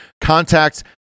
contact